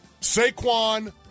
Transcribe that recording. Saquon